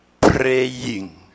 praying